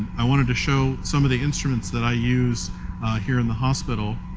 i wanted to show some of the instruments that i used here in the hospital.